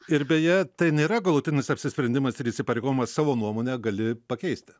ir beje tai nėra galutinis apsisprendimas ir įsipareigojimas savo nuomonę gali pakeisti